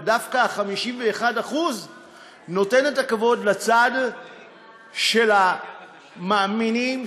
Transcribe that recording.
ודווקא ה-51% נותנים את הכבוד לצד של המאמינים,